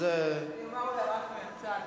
אני אומר אולי רק מהצד.